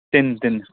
ਤਿੰਨ ਤਿੰਨ